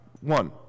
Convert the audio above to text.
One